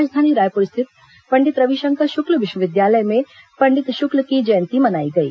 राजधानी रायपुर स्थित पंडित रविशंकर शुक्ल विश्वविद्यालय में पंडित शुक्ल की जयंती मनाई गई